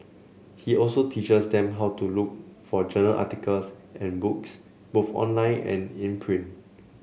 he also teaches them how to look for journal articles and books both online and in print